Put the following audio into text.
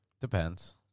Depends